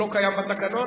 הוא לא קיים בתקנון,